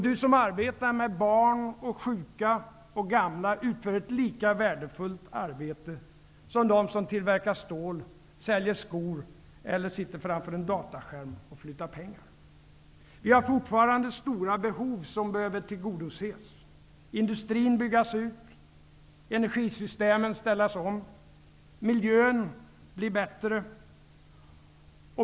Du som arbetar med barn, sjuka och gamla utför ett lika värdefullt arbete som de som tillverkar stål, säljer skor eller sitter framför en dataskärm och flyttar pengar. Vi har fortfarande stora behov som behöver tillgodoses. Industrin behöver byggas ut, energisystemen ställas om och miljön bli bättre.